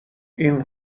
این